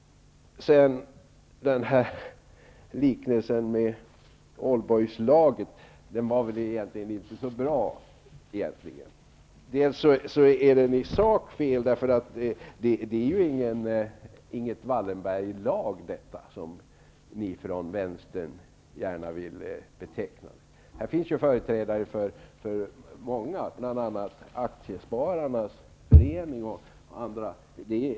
Liknelsen med oldboyslaget var egentligen inte så bra. Den är i sak fel. Det är inget Wallenberglag, även om ni från vänstern gärna vill beteckna det så. Här finns företrädare för många olika kategorier, bl.a. Aktiespararnas förening.